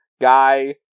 guy